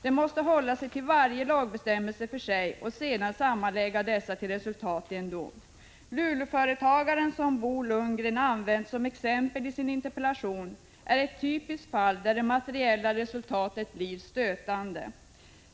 De måste hålla sig till varje lagbestämmelse för sig och sedan sammanlägga de olika bestämmelserna till resultat i en dom. Den Luleåföretagare som Bo Lundgren använt som exempel i sin interpellation är ett typiskt fall där det materiella resultatet blir stötande.